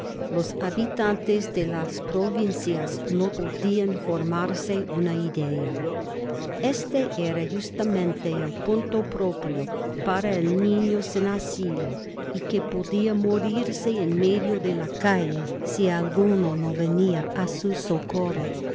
los habitantes de las provincias no podian formarse una idea este era justamente el punto propio para el niño sin asilo y que podia morirse en medio de la calle si alguno no venia á su socorro